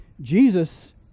Jesus